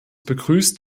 begrüßt